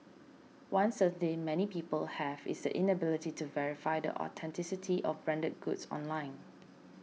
one they many people have is the inability to verify the authenticity of branded goods online